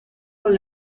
con